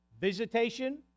Visitation